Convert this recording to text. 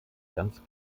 ganz